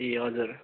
ए हजुर